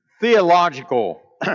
theological